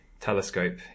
telescope